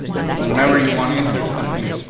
so whenever you want to insert something,